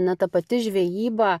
na ta pati žvejyba